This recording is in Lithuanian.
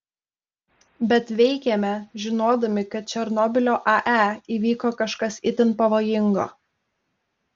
bet veikėme žinodami kad černobylio ae įvyko kažkas itin pavojingo